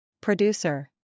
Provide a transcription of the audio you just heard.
Producer